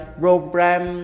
program